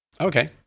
Okay